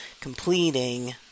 completing